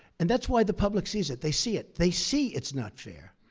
and that's why the public sees it they see it. they see it's not fair.